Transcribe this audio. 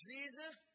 Jesus